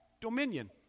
Dominion